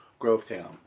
Grovetown